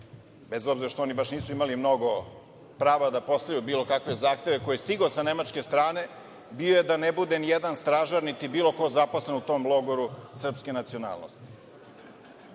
bez obzira što oni baš nisu imali mnogo prava da postavljaju bilo kakve zahteve, koji je stigao sa nemačke strane, bio je da ne bude ni jedan stražar, niti bilo ko zaposlen u tom logoru srpske nacionalnosti.